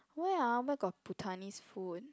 where ah where got Bhutanese food